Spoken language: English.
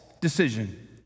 decision